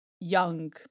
young